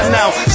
now